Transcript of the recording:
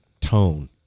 tone